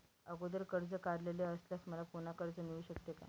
अगोदर कर्ज काढलेले असल्यास मला पुन्हा कर्ज मिळू शकते का?